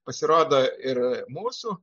pasirodo ir mūsų